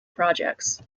projects